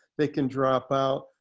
they can drop out.